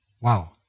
Wow